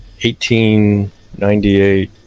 1898